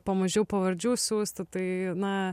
po mažiau pavardžių siųsti tai na